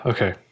Okay